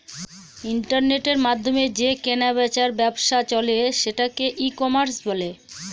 ইন্টারনেটের মাধ্যমে যে কেনা বেচার ব্যবসা চলে সেটাকে ই কমার্স বলে